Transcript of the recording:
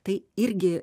tai irgi